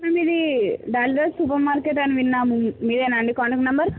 ma'am ఇదీ Daliraju supermarket అని విన్నాము మీదేనా అండి కాంటాక్ట్ నెంబర్